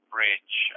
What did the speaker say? Bridge